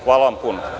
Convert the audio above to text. Hvala vam puno.